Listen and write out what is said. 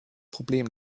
problem